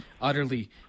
utterly